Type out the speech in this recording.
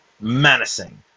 menacing